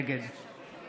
נגד